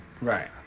Right